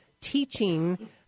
teaching